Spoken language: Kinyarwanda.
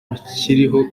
bakiriho